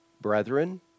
Brethren